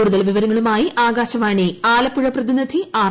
കൂടുതൽ വിവരങ്ങളുമായി ആകാശവാണി ആലപ്പുഴ പ്രതിനിധി ആർ